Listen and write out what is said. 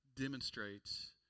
demonstrates